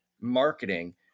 marketing